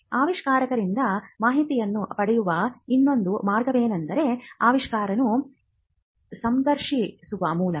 ಆವಿಷ್ಕಾರಕರಿಂದ ಮಾಹಿತಿಯನ್ನು ಪಡೆಯುವ ಇನ್ನೊಂದು ಮಾರ್ಗವೆಂದರೆ ಆವಿಷ್ಕಾರಕನನ್ನು ಸಂದರ್ಶಿಸುವ ಮೂಲಕ